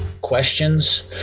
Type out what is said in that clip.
questions